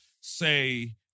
say